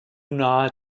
nahe